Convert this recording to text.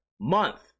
month